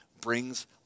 brings